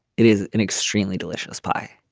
it is an extremely delicious pie.